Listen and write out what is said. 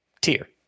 tier